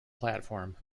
platform